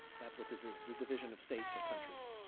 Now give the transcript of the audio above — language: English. that's what this is the division of states or countries.